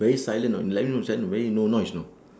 very silent know like no si~ no very no noise you know